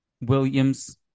Williams